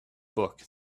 book